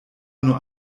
nur